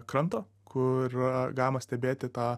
kranto kur galima stebėti tą